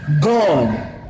gone